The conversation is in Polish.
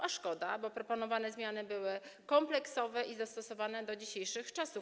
A szkoda, bo proponowane zmiany były kompleksowe i dostosowane do dzisiejszych czasów.